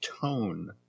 tone